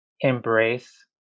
embrace